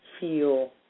feel